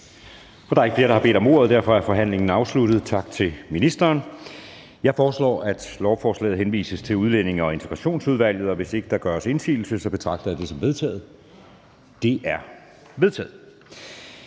Der er ikke flere, der har bedt om ordet, og derfor er forhandlingen afsluttet. Jeg foreslår, at lovforslaget henvises til Udlændinge- og Integrationsudvalget. Hvis ikke der gøres indsigelse, betragter jeg det som vedtaget. Det er vedtaget.